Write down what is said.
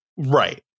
Right